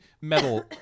metal